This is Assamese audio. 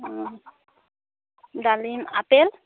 অঁ ডালিম আপেল